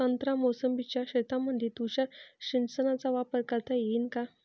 संत्रा मोसंबीच्या शेतामंदी तुषार सिंचनचा वापर करता येईन का?